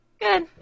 Good